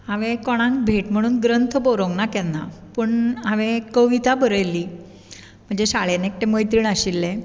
हांवें कोणाक भेट म्हणून ग्रंथ बरोवंक ना केन्ना पूण हांवें कविता बरयिल्ली म्हजे शाळेंत एकटें मैत्रीण आशिल्लें